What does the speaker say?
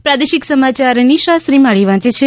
પ્રાદેશિક સમાચાર નિશા શ્રીમાળી વાંચે છે